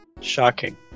Shocking